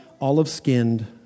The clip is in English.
olive-skinned